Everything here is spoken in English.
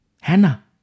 Hannah